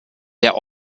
der